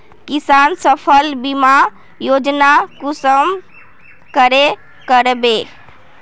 किसान फसल बीमा योजना कुंसम करे करबे?